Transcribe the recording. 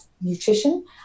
nutrition